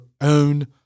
own